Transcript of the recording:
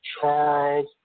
Charles